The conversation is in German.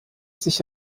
sich